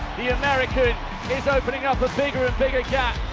the american is opening up a bigger and bigger gap.